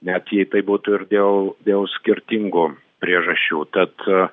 net jei tai būtų ir dėl dėl skirtingų priežasčių tad